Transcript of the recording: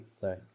sorry